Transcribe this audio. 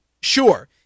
sure